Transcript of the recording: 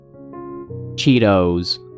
Cheetos